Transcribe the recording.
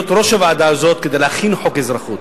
להיות ראש הוועדה הזאת כדי להכין חוק אזרחות.